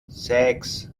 sechs